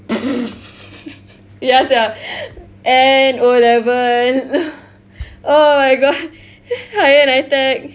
ya sia N O level oh I got higher NITEC